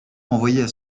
envoyaient